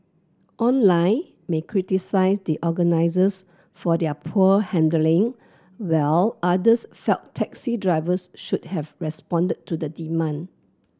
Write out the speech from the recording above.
online may criticised the organisers for their poor handling while others felt taxi drivers should have responded to the demand